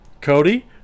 Cody